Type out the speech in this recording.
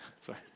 Sorry